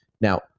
Now